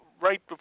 Right